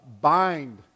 bind